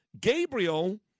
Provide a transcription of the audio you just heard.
Gabriel